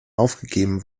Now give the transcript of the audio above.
aufgegeben